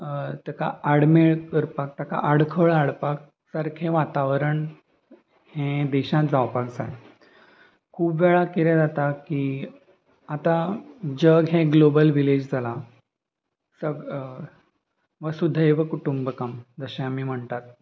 ताका आडमेळ करपाक ताका आडखळ हाडपाक सारकें वातावरण ह्या देशांत जावपाक जाय खूब वेळार कितें जाता की आतां जग हें ग्लोबल विलेज जालां सग वसुद्धैव कुटुंबकम जशें आमी म्हणटात